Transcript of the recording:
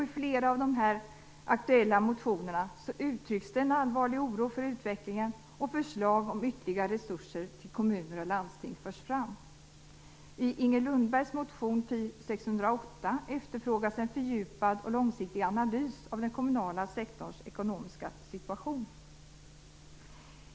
I flera av de aktuella motionerna uttrycks en allvarlig oro för utvecklingen, och förslag om ytterligare resurser till kommuner och landsting förs fram. I Inger Lundbergs motion Fi608 efterfrågas en fördjupad och långsiktig analys av den kommunala sektorns ekonomiska situation.